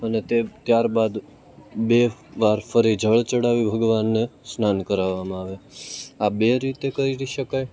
અને ત્યારબાદ બે વાર ફરી જળ ચડાવી ભગવાનને સ્નાન કરાવવામાં આવે આ બે રીતે કરી શકાય